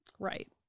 Right